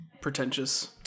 pretentious